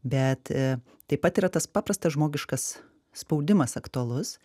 bet taip pat yra tas paprastas žmogiškas spaudimas aktualus